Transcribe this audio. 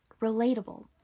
relatable